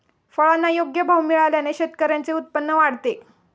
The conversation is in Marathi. फळांना योग्य भाव मिळाल्याने शेतकऱ्यांचे उत्पन्न वाढते